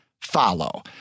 follow